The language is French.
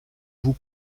vous